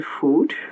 food